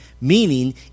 meaning